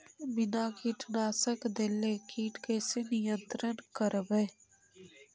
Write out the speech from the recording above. बिना कीटनाशक देले किट कैसे नियंत्रन करबै?